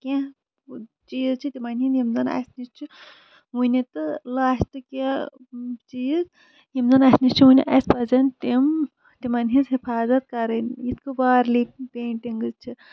کیٚنٛہہ چیٖز چھِ تِمن ہِندۍ یِم زَن اَسہِ نِش چھِ ؤنہِ تہِ لاسٹٕکۍ یِم چیٖز یِم زَن اَسہِ نِش چھِ اَسہِ پَزن تِم تِمن ہِنز حِفاظت کَرٕنۍ یِتھ کن بارلی پینٹِنگٕس چھِ